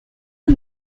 the